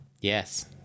Yes